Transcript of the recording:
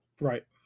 right